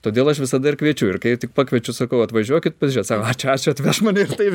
todėl aš visada ir kviečiu ir kai tik pakviečiu sakau atvažiuokit pažiūrėt sako ačiū ačiū atveš mane ir taip